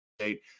State